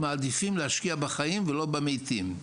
מעדיפים להשקיע בחיים ולא במתים".